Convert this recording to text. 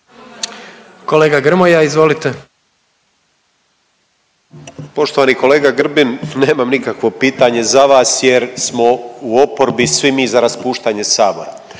**Grmoja, Nikola (MOST)** Poštovani kolega Grbin nemam nikakvo pitanje za vas jer smo u oporbi svi mi za raspuštanje sabora.